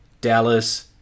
Dallas